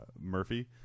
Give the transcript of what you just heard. Murphy